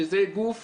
שזה גוף